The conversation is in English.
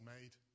made